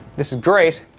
this is great